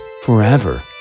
forever